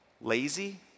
Lazy